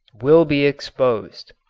will be exposed.